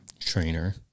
Trainer